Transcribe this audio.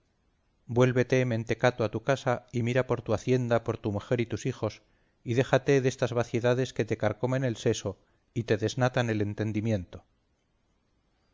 vuélvete mentecato a tu casa y mira por tu hacienda por tu mujer y tus hijos y déjate destas vaciedades que te carcomen el seso y te desnatan el entendimiento